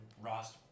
Ross